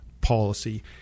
policy